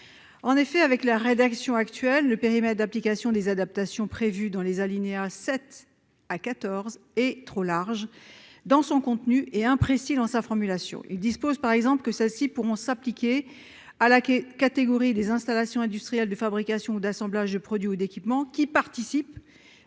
En effet, dans la rédaction actuelle, le périmètre d'application des adaptations prévues aux alinéas 7 à 14 est trop large dans son contenu et imprécis dans sa formulation. Ainsi, alors que le texte prévoit que ces adaptations pourront s'appliquer à la catégorie des « installations industrielles de fabrication ou d'assemblage de produits ou équipements qui participent